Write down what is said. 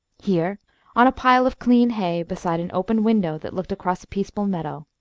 here on a pile of clean hay, beside an open window that looked across a peaceful meadow,